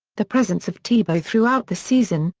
the presence of tebow throughout the season,